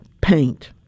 paint